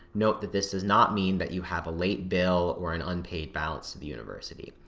note that this does not mean that you have a late bill, or an unpaid balance to the university.